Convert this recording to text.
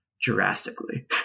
drastically